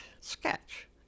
sketch